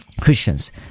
christians